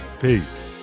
Peace